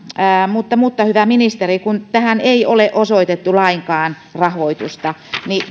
mutta mutta hyvä ministeri kun tähän ei ole osoitettu lainkaan rahoitusta niin